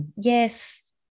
yes